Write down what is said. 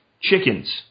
chickens